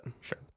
sure